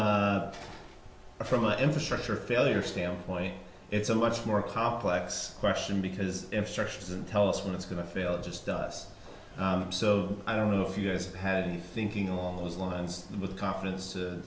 a from a infrastructure failure standpoint it's a much more complex question because instructions and tell us when it's going to fail just does so i don't know if you guys had been thinking along those lines and with confidence